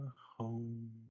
Home